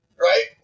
Right